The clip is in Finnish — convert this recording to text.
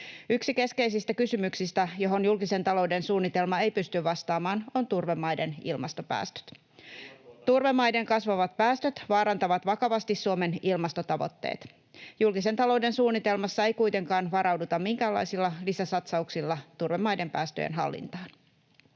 Yksi keskeisistä kysymyksistä, joihin julkisen talouden suunnitelma ei pysty vastaamaan, on turvemaiden ilmastopäästöt. [Mikko Savolan välihuuto] Turvemaiden kasvavat päästöt vaarantavat vakavasti Suomen ilmastotavoitteet. Julkisen talouden suunnitelmassa ei kuitenkaan varauduta minkäänlaisilla lisäsatsauksilla turvemaiden päästöjen hallintaan.